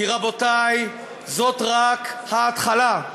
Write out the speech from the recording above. כי, רבותי, זאת רק ההתחלה.